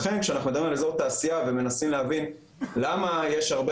לכן שאנחנו מדברים על אזור תעשייה ומנסים להבין למה יש הרבה